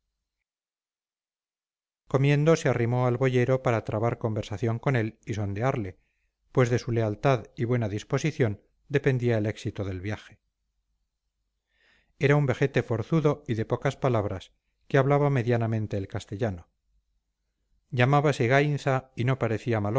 comiendo se arrimó al boyero para trabar conversación con él y sondearle pues de su lealtad y buena disposición dependía el éxito del viaje era un vejete forzudo y de pocas palabras que hablaba medianamente el castellano llamábase gainza y no parecía